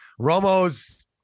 Romo's